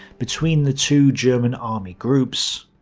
between the two german army groups,